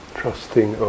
trusting